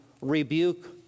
rebuke